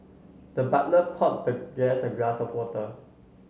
the butler poured the guest a glass of water